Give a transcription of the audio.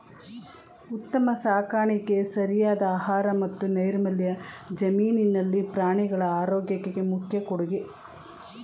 ಉತ್ತಮ ಸಾಕಾಣಿಕೆ ಸರಿಯಾದ ಆಹಾರ ಮತ್ತು ನೈರ್ಮಲ್ಯ ಜಮೀನಿನಲ್ಲಿ ಪ್ರಾಣಿಗಳ ಆರೋಗ್ಯಕ್ಕೆ ಮುಖ್ಯ ಕೊಡುಗೆ